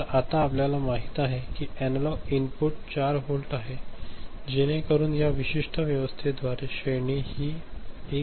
तर आता आपल्याला माहित आहे कि अॅनालॉग इनपुट 4 व्होल्ट आहे जेणेकरून या विशिष्ट व्यवस्थेद्वारे श्रेणी हि 1